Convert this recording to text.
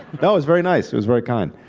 no, it was very nice. it was very kind.